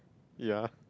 ya